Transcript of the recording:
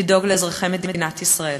לדאוג לאזרחי מדינת ישראל.